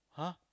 !huh!